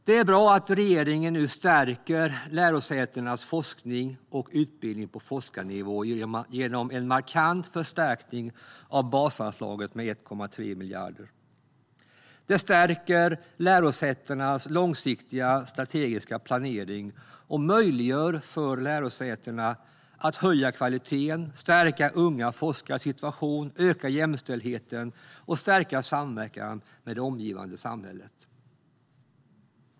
Det är bra att regeringen nu stärker lärosätenas forskning och utbildning på forskarnivå genom en markant förstärkning av basanslaget med 1,3 miljarder. Det stärker lärosätenas långsiktiga strategiska planering och möjliggör för lärosätena att höja kvaliteten, stärka unga forskares situation, öka jämställdheten och stärka samverkan med det omgivande samhället.